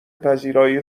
پذیرایی